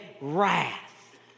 wrath